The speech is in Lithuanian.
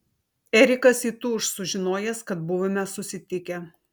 erikas įtūš sužinojęs kad buvome susitikę